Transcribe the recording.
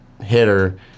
hitter